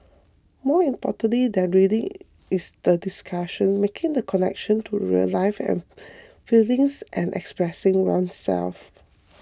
more important than reading is the discussion making the connections to real life and feelings and expressing oneself